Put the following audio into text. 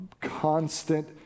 constant